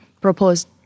proposed